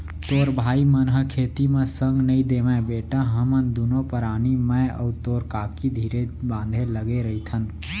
तोर भाई मन ह खेती म संग नइ देवयँ बेटा हमन दुनों परानी मैं अउ तोर काकी धीरे बांधे लगे रइथन